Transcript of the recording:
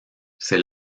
c’est